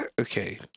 Okay